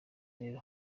rero